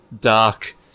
dark